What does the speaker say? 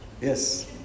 Yes